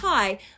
Hi